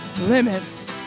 limits